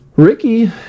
Ricky